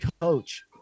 coach